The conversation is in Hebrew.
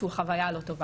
שהוא חוויה לא טובה.